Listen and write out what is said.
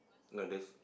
no there's